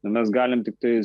nu mes galim tiktai